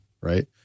right